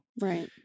Right